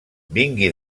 vingui